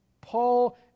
paul